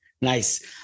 Nice